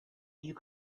you